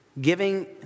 Giving